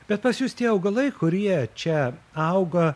bet pas jus tie augalai kurie čia auga